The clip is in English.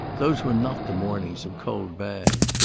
those were not the mornings of cold baths.